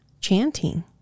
chanting